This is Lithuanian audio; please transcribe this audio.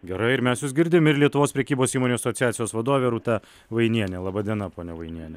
gerai ir mes jus girdim ir lietuvos prekybos įmonių asociacijos vadovė rūta vainienė laba diena ponia vainiene